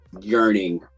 yearning